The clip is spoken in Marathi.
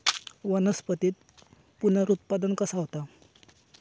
वनस्पतीत पुनरुत्पादन कसा होता?